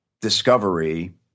discovery